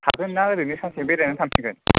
थागोन ना ओरैनो सानसेनो बेरायना थांफिनगोन